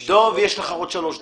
יש לך עוד שלוש דקות.